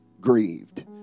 grieved